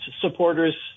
supporters